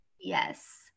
Yes